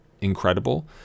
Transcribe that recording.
incredible